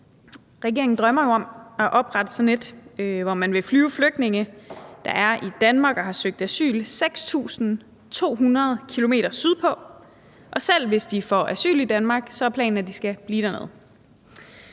Regeringen drømmer jo om at oprette sådan et, hvor man vil flyve flygtninge, der er i Danmark og har søgt asyl, 6.200 km sydpå, og selv hvis de får asyl i Danmark, er planen, at de skal blive dernede.